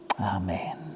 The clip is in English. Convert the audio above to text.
Amen